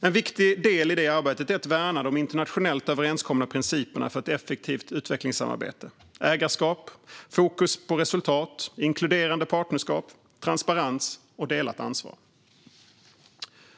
En viktig del i det arbetet är att värna de internationellt överenskomna principerna för ett effektivt utvecklingssamarbete: ägarskap, fokus på resultat, inkluderande partnerskap, transparens och delat ansvar.